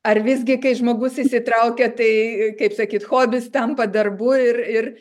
ar visgi kai žmogus įsitraukia tai kaip sakyt hobis tampa darbu ir ir